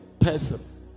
person